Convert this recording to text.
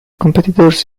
competitors